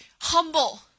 humble